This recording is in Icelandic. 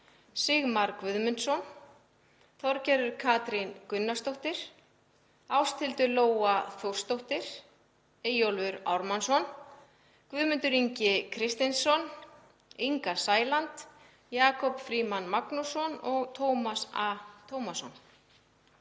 Sigmar Guðmundsson, Þorgerður K. Gunnarsdóttir, Ásthildur Lóa Þórsdóttir, Eyjólfur Ármannsson, Guðmundur Ingi Kristinsson, Inga Sæland, Jakob Frímann Magnússon og Tómas A. Tómasson.